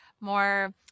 more